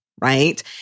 Right